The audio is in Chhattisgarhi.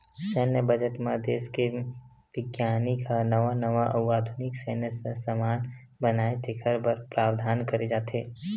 सैन्य बजट म देस के बिग्यानिक ह नवा नवा अउ आधुनिक सैन्य समान बनाए तेखर बर प्रावधान करे जाथे